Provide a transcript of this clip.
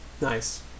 Nice